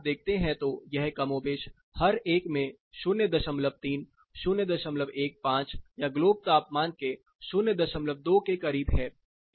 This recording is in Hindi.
और यदि आप देखते हैं तो यह कमोबेश हर एक में 03 015 या ग्लोब तापमान के 02 के करीब है